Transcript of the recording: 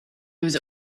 was